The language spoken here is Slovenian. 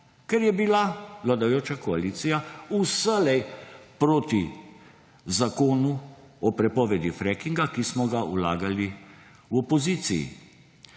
ker je bila vladajoča koalicija vselej proti zakonu o prepovedi frackinga, ki smo ga vlagali v opoziciji.